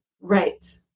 Right